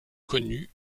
connu